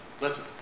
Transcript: listen